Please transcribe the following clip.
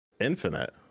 infinite